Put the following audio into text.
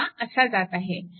हा असा जात आहे